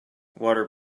water